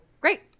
Great